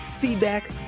feedback